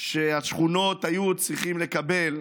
שהשכונות היו צריכות לקבל,